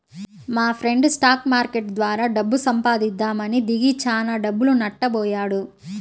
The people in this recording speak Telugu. మాఫ్రెండు స్టాక్ మార్కెట్టు ద్వారా డబ్బు సంపాదిద్దామని దిగి చానా డబ్బులు నట్టబొయ్యాడు